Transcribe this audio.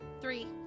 Three